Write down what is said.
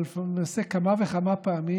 או למעשה כמה וכמה פעמים,